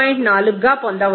4 గా పొందవచ్చు